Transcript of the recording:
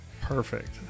perfect